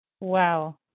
Wow